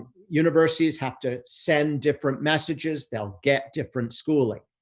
universities have to send different messages, they'll get different schooling,